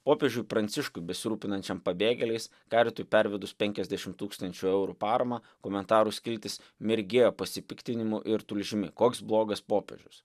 popiežiui pranciškui besirūpinančiam pabėgėliais karitui pervedus penkiasdešim tūkstančių eurų paramą komentarų skiltis mirgėjo pasipiktinimu ir tulžimi koks blogas popiežius